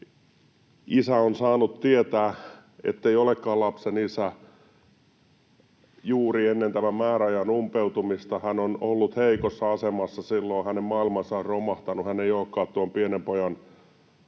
isä on saanut tietää, ettei olekaan lapsen isä, juuri ennen tämän määräajan umpeutumista. Hän on ollut heikossa asemassa silloin, hänen maailmansa on romahtanut. Hän ei olekaan tuon pienen pojan isä tai